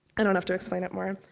i don't have to explain it more. um,